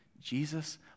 Jesus